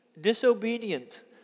disobedient